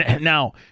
Now